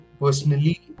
personally